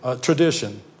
tradition